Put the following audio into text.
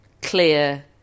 clear